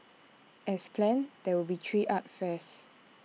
as planned there will be three art fairs